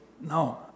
No